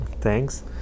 Thanks